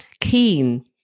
keen